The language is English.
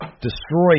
destroy